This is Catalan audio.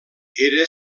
era